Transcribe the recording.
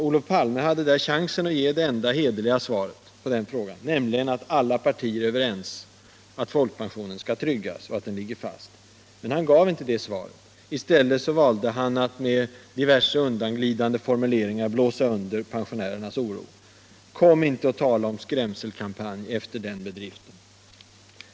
Olof Palme hade där chansen att ge det enda hederliga svaret på den frågan. nämligen att alla partier är överens om att folkpensionen skall tryggas och att den ligger fast. Men han gav inte detta svar. I stället Allmänpolitisk debatt valde han att med diverse undanglidande formuleringar blåsa under pensionärernas oro. Kom inte och tala om skrämselkampanj efter den bedriften.